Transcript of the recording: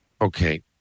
Okay